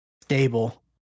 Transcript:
stable